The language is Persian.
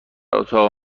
اتاق